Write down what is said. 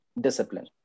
discipline